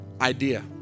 idea